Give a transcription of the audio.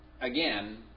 again